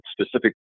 specific